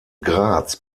graz